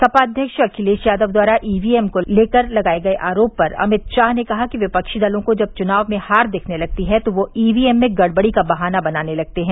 सपा अध्यक्ष अखिलेश यादव द्वारा ईवीएम को लेकर लगाये गये आरोप पर अमित शाह ने कहा कि विपक्षी दलों को जब चुनाव में हार दीखने लगती है तो वे ईवीएम में गड़बड़ी का बहाना बनाने लगते हैं